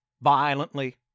violently